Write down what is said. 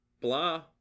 Blah